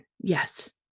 yes